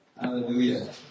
Hallelujah